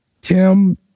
Tim